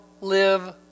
live